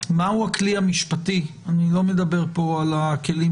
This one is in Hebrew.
מהו הכלי המשפטי אני לא מדבר פה על הכלים